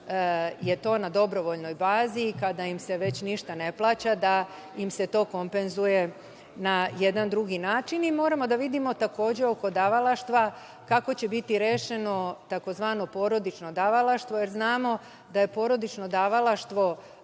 je to na dobrovoljnoj bazi i kada im se već ništa ne plaća, da im se to kompenzuje na jedan drugi način i moramo da vidimo, takođe oko davalaštva, kako će biti rešeno tzv. porodično davalaštvo, jer znamo da je porodično davalaštvo